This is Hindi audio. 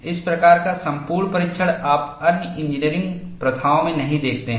इस प्रकार का संपूर्ण परीक्षण आप अन्य इंजीनियरिंग प्रथाओं में नहीं देखते हैं